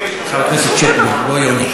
חבר הכנסת שטבון, לא יוני.